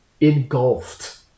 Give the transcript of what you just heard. engulfed